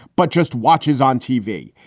but just watches on tv.